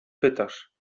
pytasz